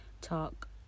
talk